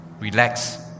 Relax